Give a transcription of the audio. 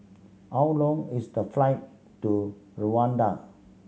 how long is the flight to Rwanda